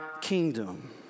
kingdom